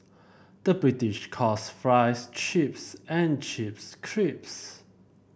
the British calls fries chips and chips